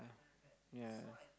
yeah